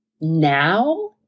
Now